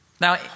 Now